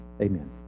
amen